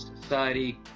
society